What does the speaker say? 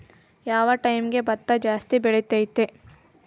ಯಾವ ಟೈಮ್ಗೆ ಭತ್ತ ಜಾಸ್ತಿ ಬೆಳಿತೈತ್ರೇ?